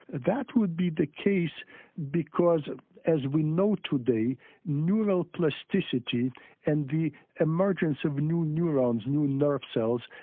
that would be the case because as we know today neural plasticity and the emergence of new neurons, new nerve cells,